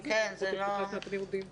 הוראה בסיכון על מנת שנוכל להגיע לפתרון.